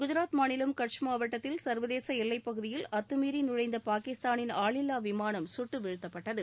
குஜராத் மாநிலம் கட்ச் மாவட்டத்தில் சர்வதேச எல்லைப்பகுதியில் அத்துமீறி நுழைந்த பாகிஸ்தானின் ஆளில்லா விமானம் சுட்டுவீழ்த்தப்பட்டது